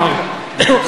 ”אשראִי", הוא אמר.